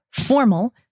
formal